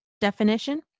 definition